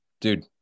Dude